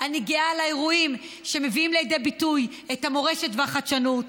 אני גאה על האירועים שמביאים לידי ביטוי את המורשת ואת החדשנות.